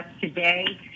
today